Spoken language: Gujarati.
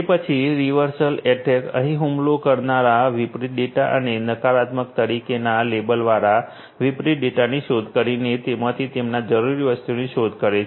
તે પછી રિવર્સલ એટેક અહીં હુમલો કરનાર વિપરીત ડેટા અને નકારાત્મક તરીકેના લેબલવાળા વિપરીત ડેટાની શોધ કરીને તેમાંથી તેમના જરૂરી વસ્તુની શોધ કરે છે